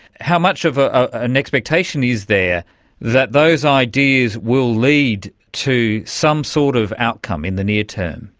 how much of ah ah an expectation is there that those ideas will lead to some sort of outcome in the near term?